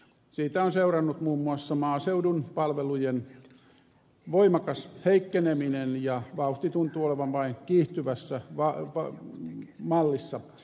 siitä on seurannut muun muassa maaseudun palvelujen voimakas heikkeneminen ja vauhti tuntuu olevan vain kiihtyvässä mallissa